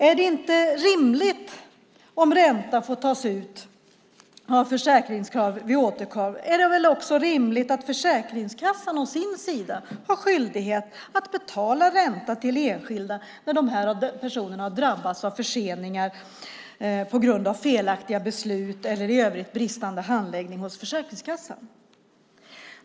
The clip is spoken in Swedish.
Om det är rimligt att ränta får tas ut av Försäkringskassan vid återkrav är det väl också rimligt att Försäkringskassan å sin sida har skyldighet att betala ränta till enskilda när dessa personer drabbas av förseningar på grund av felaktiga beslut eller i övrigt bristande handläggning hos Försäkringskassan.